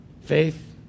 faith